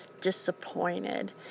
disappointed